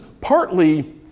partly